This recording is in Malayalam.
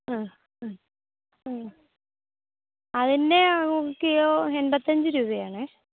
ആ മ്മ് മ്മ് അതിൻ്റെ കിലോ എണ്പത്തിയഞ്ച് രൂപയാണ്